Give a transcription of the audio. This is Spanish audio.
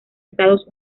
estados